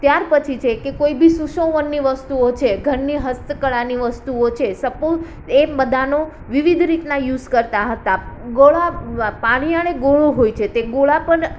ત્યારપછી છે કે કોઈભી સુશોભનની વસ્તુઓ છે ઘરની હસ્તકળાની વસ્તુઓ છે સપોસ એ બધાંનો વિવિધ રીતના યુસ કરતાં હતાં ગોળા પાણી અને ગોળૂ હોય છે તે ગોળા પર